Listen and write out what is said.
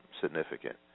significant